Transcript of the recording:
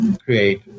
create